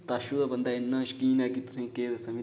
ताशू दा बंदा इन्नी शकीन ऐ कि तुसेंगी केह् दस्सां मैं